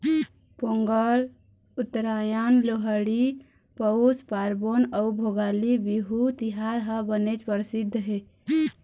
पोंगल, उत्तरायन, लोहड़ी, पउस पारबोन अउ भोगाली बिहू तिहार ह बनेच परसिद्ध हे